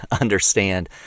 understand